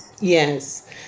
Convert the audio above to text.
Yes